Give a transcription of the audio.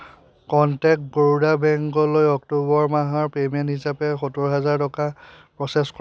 contact Baroda বেংকলৈ October মাহৰ payment হিচাপে সত্তৰ হাজাৰ টকা প্ৰ'চেছ কৰক